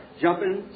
jumping